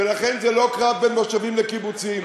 ולכן זה לא קרב בין מושבים לקיבוצים,